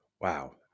wow